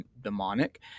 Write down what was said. demonic